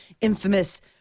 infamous